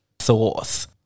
Source